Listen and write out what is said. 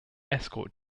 escort